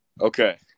okay